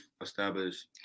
establish